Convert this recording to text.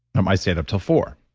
um i stayed up until four